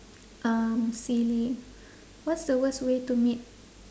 um silly what's the worst way to meet